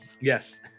Yes